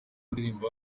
ndirimbo